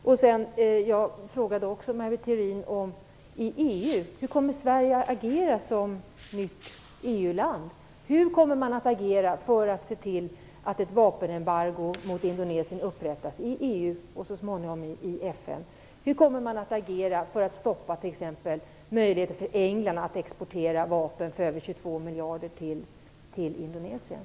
Jag frågade också Maj Britt Theorin om hur Sverige kommer att agera som EU-land. Hur kommer man att agera för att se till att ett vapenembargo mot Indonesien upprättas i EU och så småningom i FN? möjligheten för England att exportera vapen för över 22 miljarder till Indonesien?